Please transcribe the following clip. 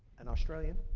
an australian.